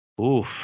Oof